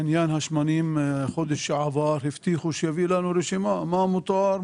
עניין השמנים בחודש שעבר הבטיחו שיביאו לנו רשימה מה משלם,